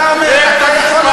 אתה אומר.